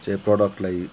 चाहिँ प्रडक्टलाई